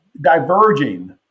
diverging